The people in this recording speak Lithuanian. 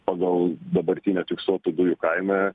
pagal dabartinę fiksuotų dujų kainą